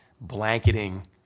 blanketing